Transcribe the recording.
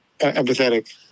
empathetic